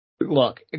Look